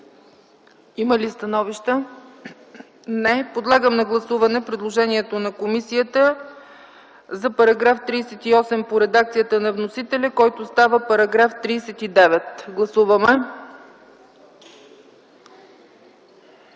Има ли становища? Не. Подлагам на гласуване предложението на комисията за § 38 по редакцията на вносителя, който става § 39. Гласували